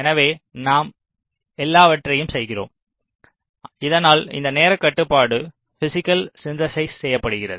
எனவே நாம் இந்த எல்லாவற்றையும் செய்கிறோம் இதனால் இந்த நேரக் கட்டுப்பாடு பிஸிக்கல் சிந்தெசிஸ் செய்யப்படுகிறது